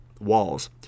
walls